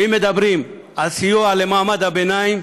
ואם מדברים על סיוע למעמד הביניים,